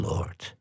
Lord